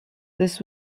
this